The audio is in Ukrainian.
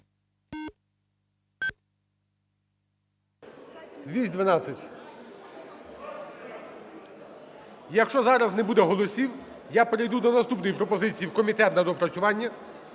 За-212 Якщо зараз не буде голосів, я перейду до наступної пропозиції – в комітет на доопрацювання.